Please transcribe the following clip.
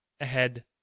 ahead